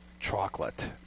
chocolate